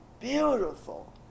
beautiful